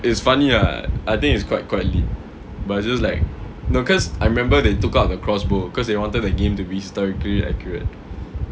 it's funny ah I think it's quite quite lit but just like no cause I remember they took out the cross bow cause they wanted the game to be historically accurate